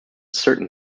certain